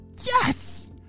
Yes